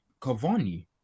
Cavani